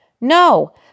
No